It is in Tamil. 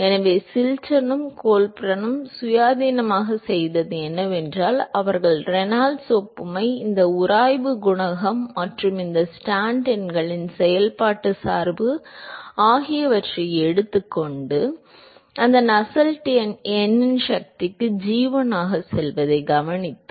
எனவே சில்டனும் கோல்பர்னும் சுயாதீனமாகச் செய்தது என்னவென்றால் அவர்கள் ரெனால்ட்ஸ் ஒப்புமை இந்த உராய்வு குணகம் மற்றும் இந்த ஸ்டாண்டன் எண்களின் செயல்பாட்டு சார்பு ஆகியவற்றை எடுத்துக்கொண்டு அந்த நஸ்ஸெல்ட் எண் n இன் சக்திக்கு G1 ஆகச் செல்வதைக் கவனித்தது